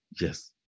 Yes